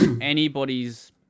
anybody's